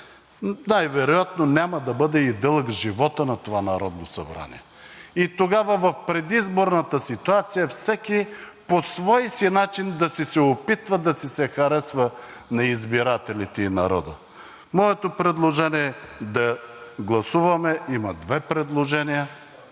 най-вероятно няма да бъде и дълъг животът на това Народно събрание. Тогава в предизборната ситуация всеки по свой си начин да се опитва да се харесва на избирателите и народа. Моето предложение е да гласуваме. Има две предложения.